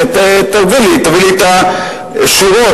ותביא לי את השורות,